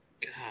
God